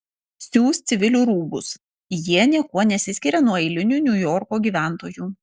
siūs civilių rūbus jie niekuo nesiskiria nuo eilinių niujorko gyventojų